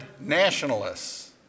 nationalists